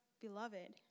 beloved